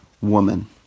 woman